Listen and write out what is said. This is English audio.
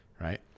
right